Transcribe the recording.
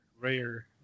rare